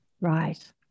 Right